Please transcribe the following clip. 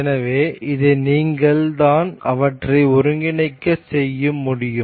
எனவே இதை நீங்கள் தான் அவற்றை ஒருங்கிணைக்க செய்ய முடியும்